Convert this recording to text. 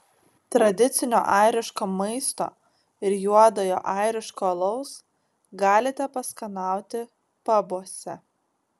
tradicinio airiško maisto ir juodojo airiško alaus galite paskanauti pabuose